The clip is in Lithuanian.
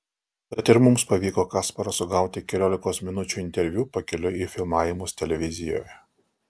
tad ir mums pavyko kasparą sugauti keliolikos minučių interviu pakeliui į filmavimus televizijoje